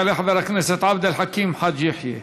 יעלה חבר הכנסת עבד אל חכים חאג' יחיא.